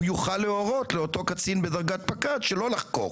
הוא יוכל להורות לאותו קצין בדרגת פקד שלא לחקור?